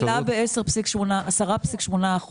עלה ב-10.8%.